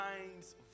mind's